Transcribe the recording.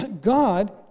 God